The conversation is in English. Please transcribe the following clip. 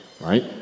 right